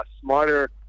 smarter